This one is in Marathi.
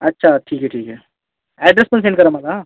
अच्छा ठीक आहे ठीक आहे ॲड्रेस पण सेंड करा मला हां